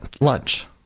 lunch